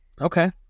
okay